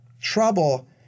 trouble